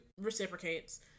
reciprocates